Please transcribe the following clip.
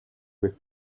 with